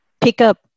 pickup